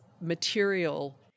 material